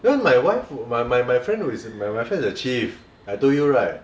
then my wife and my my my friend who is in the my friend is a chief I told you right